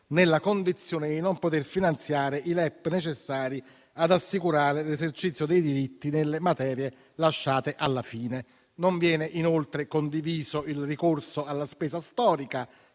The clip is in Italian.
nella condizione di non poter finanziare i LEP necessari ad assicurare l'esercizio dei diritti nelle materie lasciate alla fine. Non viene inoltre condiviso il ricorso alla spesa storica,